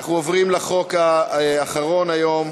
אנחנו עוברים לחוק האחרון היום.